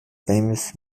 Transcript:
famous